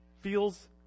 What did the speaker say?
feels